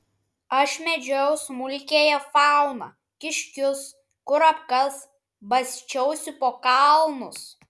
aš medžiojau smulkiąją fauną kiškius kurapkas basčiausi po kalnus